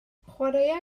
chwaraea